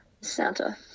Santa